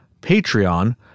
Patreon